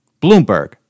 Bloomberg